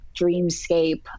dreamscape